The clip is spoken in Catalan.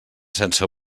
sense